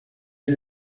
est